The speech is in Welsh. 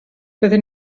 byddwn